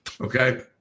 Okay